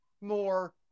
more